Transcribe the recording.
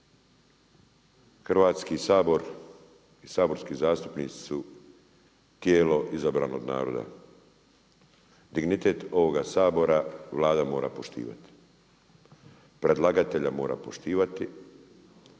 Hrvatski sabor i saborski zastupnici su tijelo izabrano od naroda, dignitet ovoga Sabora Vlada mora poštivati, predlagatelja mora poštivati,